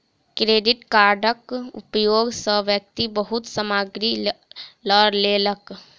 credit कार्डक उपयोग सॅ व्यक्ति बहुत सामग्री लअ लेलक